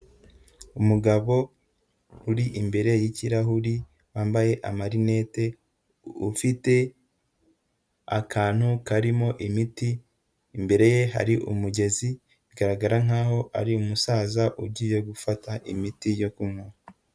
Umugabo uri imbere y'ikirahuri wambaye amarinete ufite akantu karimo imiti, imbere ye hari umugezi bigaragara nk'aho ari umusaza ugiye gufata imiti yo kunywa.